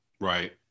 Right